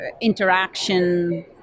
interaction